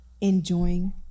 enjoying